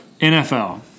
NFL